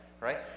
right